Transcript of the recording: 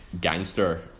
gangster